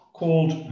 called